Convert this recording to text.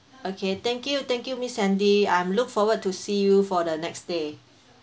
okay thank you thank you miss sandy I'm look forward to see you for the next stay